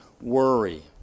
Worry